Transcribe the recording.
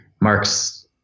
marks